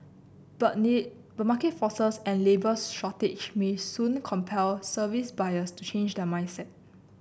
but but market forces and labour shortage may soon compel service buyers to change their mindset